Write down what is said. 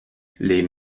les